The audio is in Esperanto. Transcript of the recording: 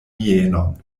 mienon